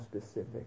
specific